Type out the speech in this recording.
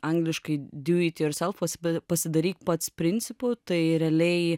angliškai do it yourself pasi pasidaryk pats principu tai realiai